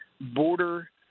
border